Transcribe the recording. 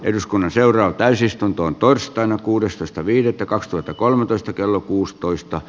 eduskunnan seuraa täysistuntoon torstaina kuudestoista viidettä kaksituhattakolmetoista kello kuusitoista